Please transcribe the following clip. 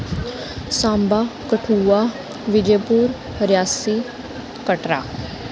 Samba Kathua Vijaypur Reasi Katra